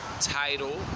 Title